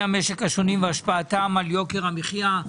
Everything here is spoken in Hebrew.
המשק השונים והשפעתם על יוקר המחיה,